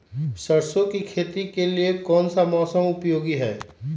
सरसो की खेती के लिए कौन सा मौसम उपयोगी है?